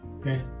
Okay